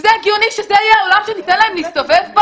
זה הגיוני שזה יהיה העולם שניתן להם להסתובב בו?